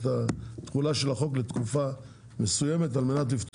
את התכולה של החוק לתקופה מסוימת על מנת לפתור